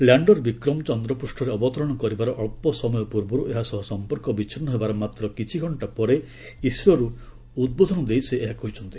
ଲ୍ୟାଣର୍ ବିକ୍ରମ ଚନ୍ଦ୍ରପୂଷ୍ଠରେ ଅବତରଣ କରିବାର ଅଳ୍ପ ସମୟ ପୂର୍ବରୁ ଏହା ସହ ସମ୍ପର୍କ ବିଚ୍ଛିନ୍ନ ହେବାର ମାତ୍ର କିଛି ଘକ୍ଷା ପରେ ଇସ୍ରୋରୁ ଉଦ୍ବୋଧନ ଦେଇ ସେ ଏହା କହିଛନ୍ତି